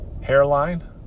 hairline